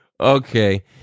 Okay